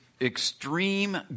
extreme